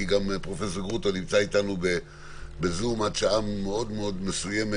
כי פרופ' גרוטו נמצא אתנו בזום עד שעה מאוד מסוימת,